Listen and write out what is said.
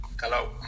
hello